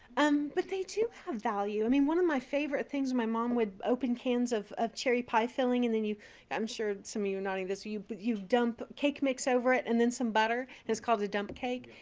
um but they do have value. i mean, one of my favorite things my mom would open cans of of cherry pie filling and then you i'm sure some of you are nodding this. you but you dump cake mix over it, and then some butter. it's called a dump cake.